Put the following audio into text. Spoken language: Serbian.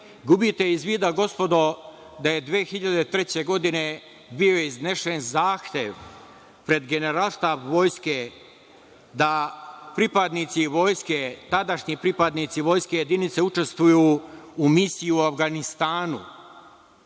Gubite iz vida, gospodo, da je 2003. godine bio iznesen zahtev pred generalštab vojske da pripadnici vojske, tadašnji pripadnici vojske jedinice, učestvuju u misiji u Avganistanu,